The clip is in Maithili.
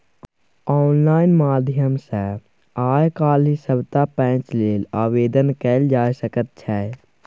आनलाइन माध्यम सँ आय काल्हि सभटा पैंच लेल आवेदन कएल जाए सकैत छै